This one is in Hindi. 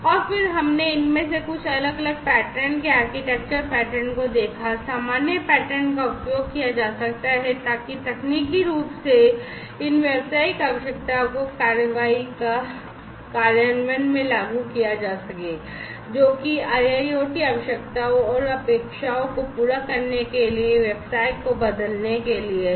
और फिर हमने इनमें से कुछ अलग अलग पैटर्न के आर्किटेक्चर पैटर्न को देखा है सामान्य पैटर्न का उपयोग किया जा सकता है ताकि तकनीकी रूप से इन व्यावसायिक आवश्यकताओं को कार्रवाई कार्यान्वयन में लागू किया जा सके जो कि IIoT आवश्यकताओं और अपेक्षाओं को पूरा करने के लिए व्यवसाय को बदलने के लिए हैं